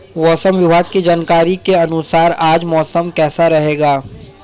मौसम विभाग की जानकारी के अनुसार आज मौसम कैसा रहेगा?